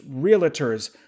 realtors